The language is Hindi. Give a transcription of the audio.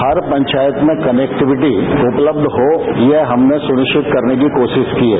हर पंचायत में कनैक्टिविटी उपलब्ध हो यह हमने सुनिश्चित करने की कोशिश की है